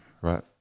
right